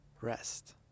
rest